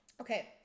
Okay